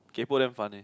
kaypoh damn fun eh